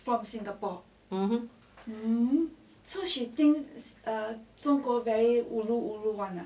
um hmm